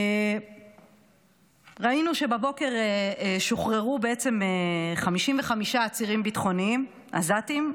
ראינו שבבוקר שוחררו בעצם 55 עצירים ביטחוניים עזתים,